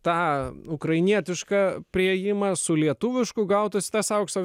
tą ukrainietišką priėjimą su lietuvišku gautųsi tas aukso